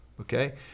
okay